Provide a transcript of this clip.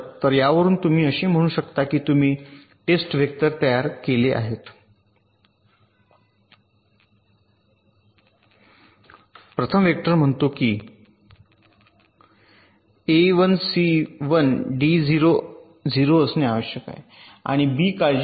तर यावरून तुम्ही असे म्हणू शकता की तुम्ही टेस्ट वेक्टर तयार केले आहेत प्रथम वेक्टर म्हणतो की ए 1 सी 1 डी 0 0 असणे आवश्यक आहे आणि बी काळजी नाही